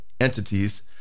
entities